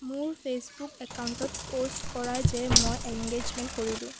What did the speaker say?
মোৰ ফেচবুক একাউণ্টত পোষ্ট কৰা যে মই এংগেজমেণ্ট কৰিলোঁ